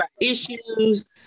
issues